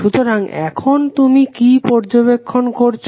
সুতরাং এখন তুমি কি পর্যবেক্ষণ করছো